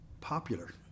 popular